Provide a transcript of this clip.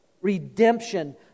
Redemption